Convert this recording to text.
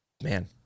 Man